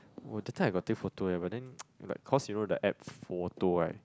oh that time I got take photo eh but then like cause you know the app photo right